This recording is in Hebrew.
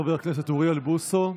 חבר הכנסת אוריאל בוסו,